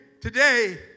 today